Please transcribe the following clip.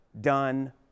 done